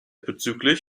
bzgl